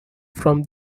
from